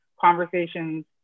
conversations